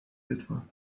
etwa